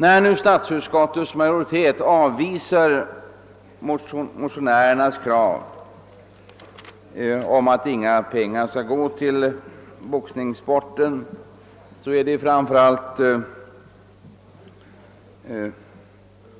Ati statsutskottets majoritet nu avvisar motionärernas krav om att inga statsmedel skall utgå till boxningssporten har framför